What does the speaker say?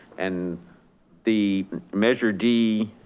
and the measure d,